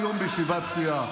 היום בישיבת הסיעה: